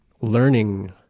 learning